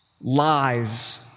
Lies